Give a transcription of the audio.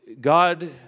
God